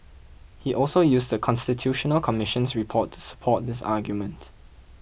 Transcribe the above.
he also used The Constitutional Commission's report to support this argument